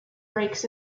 brakes